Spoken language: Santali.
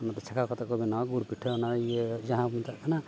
ᱚᱱᱟ ᱫᱚ ᱪᱷᱟᱸᱠᱟᱣ ᱠᱟᱛᱮᱠᱚ ᱵᱮᱱᱟᱣᱟ ᱜᱩᱲ ᱯᱤᱴᱷᱟᱹ ᱚᱱᱟ ᱤᱭᱟᱹ ᱡᱟᱦᱟᱸ ᱵᱚᱱ ᱢᱮᱛᱟᱜ ᱠᱟᱱᱟ